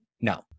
No